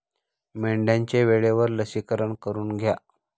मेंढ्यांचे वेळेवर लसीकरण करून घ्या